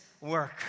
work